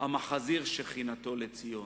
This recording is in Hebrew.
"המחזיר שכינתו לציון".